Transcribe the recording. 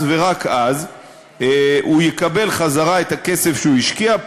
אז ורק אז הוא יקבל חזרה את הכסף שהוא השקיע,